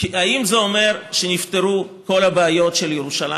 האם זה אומר שנפתרו כל הבעיות של ירושלים?